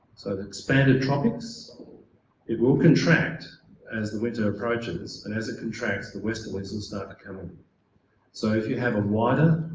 so the expanded tropics it will contract as the winter approaches and as it contracts the westerlies and started coming so if you have a wider